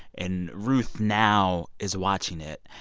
and ruth now is watching it,